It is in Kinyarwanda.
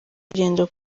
urugendo